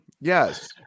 Yes